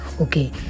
Okay